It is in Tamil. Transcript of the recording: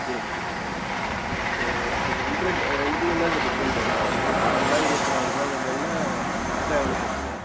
ஹெச்டிஎஃப்சியா சார் சரி ஓகே சார் இன்ட்ரெஸ்ட்டு ரெண்டுத்துக்கும் என்ன சார் டிஃப்ரென்ஸ் வரும் இப்போ நார்மலாக இருபத்தி நால்ரூவா மொபைல்ன்னா எக்ஸ்டரா எவ்வளோ சார் போவும்